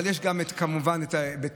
אבל יש כמובן את בטרם,